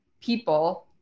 people